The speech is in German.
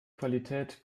qualität